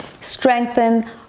strengthen